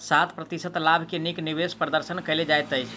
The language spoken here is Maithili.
सात प्रतिशत लाभ के नीक निवेश प्रदर्शन कहल जाइत अछि